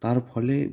তার ফলে